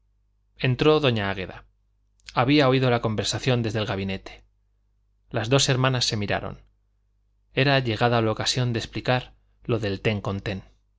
entró doña águeda había oído la conversación desde el gabinete las dos hermanas se miraron era llegada la ocasión de explicar lo del ten con